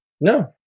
no